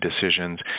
decisions